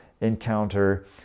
encounter